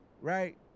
right